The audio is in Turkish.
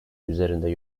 üzerinde